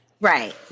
Right